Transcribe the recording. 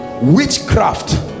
witchcraft